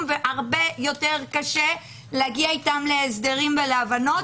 והרבה יותר קשה להגיע אתם להסדרים והבנות,